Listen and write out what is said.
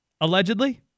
allegedly